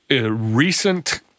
Recent